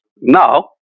Now